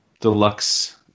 Deluxe